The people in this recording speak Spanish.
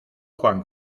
juan